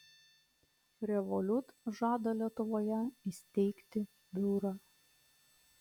revolut žada lietuvoje įsteigti biurą